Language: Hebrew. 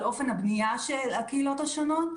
על אופן הבנייה של הקהילות השונות.